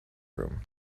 room